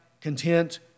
content